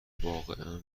واقعا